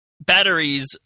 Batteries